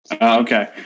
Okay